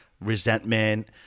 resentment